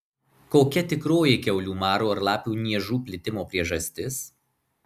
kokia tikroji kiaulių maro ar lapių niežų plitimo priežastis